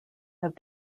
have